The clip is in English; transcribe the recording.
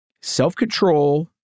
Self-control